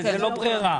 זו לא ברירה.